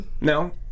No